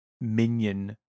minion